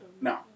No